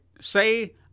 Say